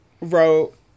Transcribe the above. wrote